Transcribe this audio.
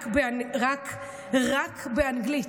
רק באנגלית,